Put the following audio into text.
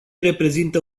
reprezintă